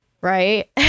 right